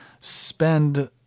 spend